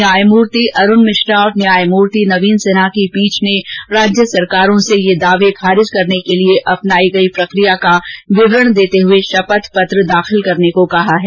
न्यायमूर्ति अरूण मिश्रा और न्यायमूर्ति नवीन सिन्हा की पीठ ने राज्य सरकारों से ये दावे खारिज करने के लिए अपनाई गई प्रक्रिया का विवरण देते हुए शपथ पत्र दाखिल करने को कहा है